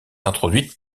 introduites